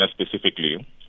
specifically